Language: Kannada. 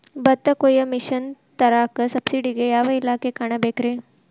ಭತ್ತ ಕೊಯ್ಯ ಮಿಷನ್ ತರಾಕ ಸಬ್ಸಿಡಿಗೆ ಯಾವ ಇಲಾಖೆ ಕಾಣಬೇಕ್ರೇ?